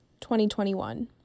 2021